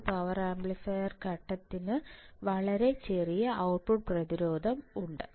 ഒരു power amplifier ഘട്ടത്തിന് വളരെ ചെറിയ ഔട്ട്പുട്ട് പ്രതിരോധം ഉണ്ട്